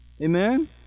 Amen